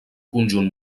conjunt